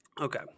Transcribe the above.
Okay